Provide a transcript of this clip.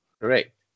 Correct